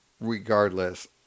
regardless